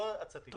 זו ההצעה שלי.